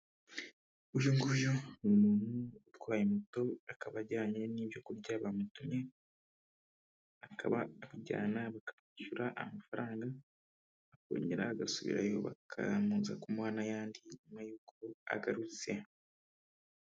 Uyu nguyu ni umuntu utwaye moto, akaba ajyanye n'ibyo kurya bamutumye, akaba abijyana bakamwishyura amafaranga, akongera agasubirayo bakaza kumuha n'ayandi nyuma y'uko agarutse.